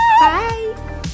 Bye